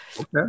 Okay